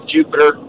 Jupiter